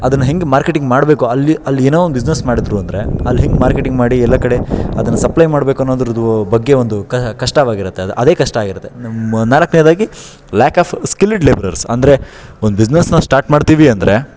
ಅದನ್ನ ಹೆಂಗೆ ಮಾರ್ಕೆಟಿಂಗ್ ಮಾಡಬೇಕು ಅಲ್ಲಿ ಅಲ್ಲಿ ಏನೋ ಒಂದು ಬಿಸ್ನೆಸ್ ಮಾಡಿದ್ರು ಅಂದರೆ ಅಲ್ಲಿ ಹೆಂಗೆ ಮಾರ್ಕೆಟಿಂಗ್ ಎಲ್ಲ ಕಡೆ ಅದನ್ನ ಸಪ್ಲೈ ಮಾಡಬೇಕು ಅನ್ನೋದ್ರ ಬಗ್ಗೆ ಒಂದು ಕಹ ಕಷ್ಟವಾಗಿರುತ್ತೆ ಅದು ಅದೇ ಕಷ್ಟ ಆಗಿರುತ್ತೆ ನಮ್ಮ ನಾಲ್ಕನೇದಾಗಿ ಲ್ಯಾಕ್ ಆಫ್ ಸ್ಕಿಲ್ಡ್ ಲೇಬರರ್ಸ್ ಅಂದ್ರೆ ಒಂದ್ ಬಿಸ್ನೆಸ್ನ ಸ್ಟಾರ್ಟ್ ಮಾಡ್ತೀವಿ ಅಂದರೆ